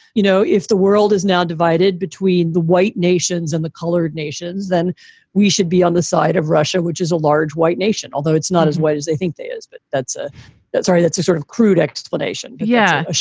you know, if the world is now divided between the white nations and the colored nations, then we should be on the side of russia, which is a large white nation, although it's not as white as they think they is. but that's a that's ah that's a sort of crude explanation yeah,